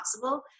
possible